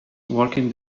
walking